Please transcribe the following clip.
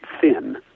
thin